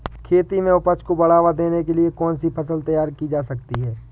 खेती में उपज को बढ़ावा देने के लिए कौन सी फसल तैयार की जा सकती है?